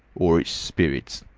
or it's spirits.